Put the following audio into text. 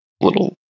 little